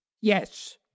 Yes